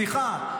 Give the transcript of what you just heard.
סליחה,